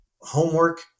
homework